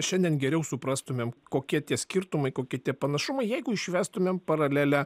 šiandien geriau suprastumėm kokie tie skirtumai kokie tie panašumai jeigu išvestumėm paralelę